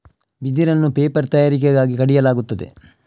ಬಿದಿರನ್ನು ಪೇಪರ್ ತಯಾರಿಕೆಗಾಗಿ ಕಡಿಯಲಾಗುತ್ತದೆ